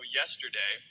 yesterday